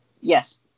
Yes